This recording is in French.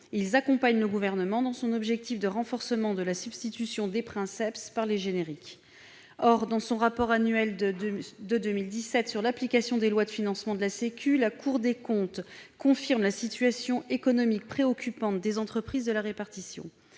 Ils accompagneront le Gouvernement dans son objectif de renforcement de la substitution des princeps par les génériques. Or, dans son rapport annuel de 2017 sur l'application des lois de financement de la sécurité sociale, la Cour des comptes confirme la situation économique préoccupante des entreprises de la répartition